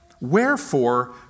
Wherefore